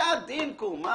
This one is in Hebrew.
בחיאת דינכום,